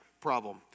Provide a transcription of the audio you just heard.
problem